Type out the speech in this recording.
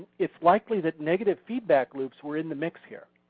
it's likely that negative feedback loops were in the mix here.